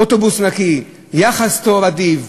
אוטובוס נקי, יחס טוב ואדיב,